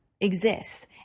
exists